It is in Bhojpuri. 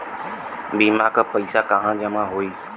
बीमा क पैसा कहाँ जमा होई?